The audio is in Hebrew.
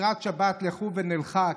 "לקראת שבת לכו ונלכה,